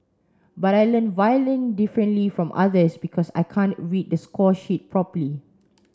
but I learn violin differently from others because I can't read the score sheet properly